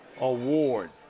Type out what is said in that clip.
award